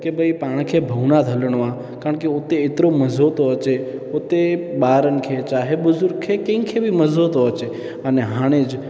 की भई पाण खे भूतनाथ हलिणो आहे हुते एतिरो मज़ो थो अचे हुते ॿारनि खे चाहे ॿुज़ुर्ग खे कंहिंखे बि मज़ो थो अचे अने हाणे ज